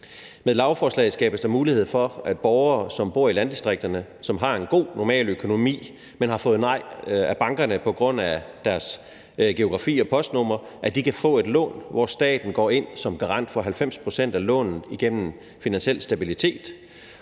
Med lovforslaget skabes der mulighed for, at borgere, som bor i landdistrikterne, og som har en god, normal økonomi, men har fået nej af bankerne på grund af deres geografi og postnummer, kan få et lån, hvor staten går ind som garant for 90 pct. af lånet igennem Finansiel Stabilitet.